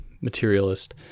materialist